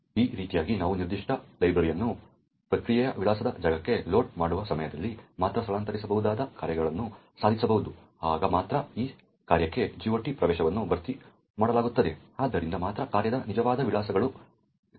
ಈ ರೀತಿಯಾಗಿ ನಾವು ನಿರ್ದಿಷ್ಟ ಲೈಬ್ರರಿಯನ್ನು ಪ್ರಕ್ರಿಯೆಯ ವಿಳಾಸದ ಜಾಗಕ್ಕೆ ಲೋಡ್ ಮಾಡುವ ಸಮಯದಲ್ಲಿ ಮಾತ್ರ ಸ್ಥಳಾಂತರಿಸಬಹುದಾದ ಕಾರ್ಯಗಳನ್ನು ಸಾಧಿಸಬಹುದು ಆಗ ಮಾತ್ರ ಆ ಕಾರ್ಯಕ್ಕಾಗಿ GOT ಪ್ರವೇಶವನ್ನು ಭರ್ತಿ ಮಾಡಲಾಗುತ್ತದೆ ಆದ್ದರಿಂದ ಮಾತ್ರ ಕಾರ್ಯದ ನಿಜವಾದ ವಿಳಾಸಗಳು ತಿಳಿಯಲ್ಪಡುತ್ತವೆ